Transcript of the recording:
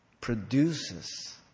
produces